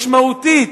משמעותית,